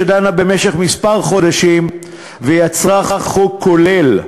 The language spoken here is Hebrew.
והיא דנה במשך כמה חודשים ויצרה חוק כולל,